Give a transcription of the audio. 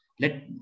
Let